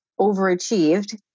overachieved